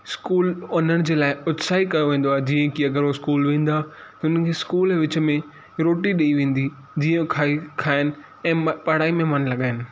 school वञण जे लाइ उत्साही कयो वेंदो आहे जीअं की अगरि स्कूल में वेंदा त उन्हनि खे स्कूल जे विच में रोटी ॾेई वेंदी जीअं हू खाई खाइनि ऐं पढ़ाई में मनु लॻाइनि